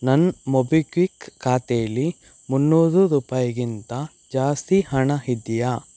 ನನ್ನ ಮೊಬಿಕ್ವಿಕ್ ಖಾತೆಯಲ್ಲಿ ಮುನ್ನೂರು ರೂಪಾಯಿಗಿಂತ ಜಾಸ್ತಿ ಹಣ ಇದ್ಯಾ